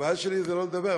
הבעיה שלי זה לא לדבר,